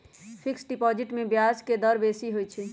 fixed deposit में ब्याज के दर बेशी होइ छइ